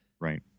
Right